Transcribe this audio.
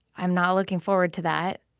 i'm not looking forward to that,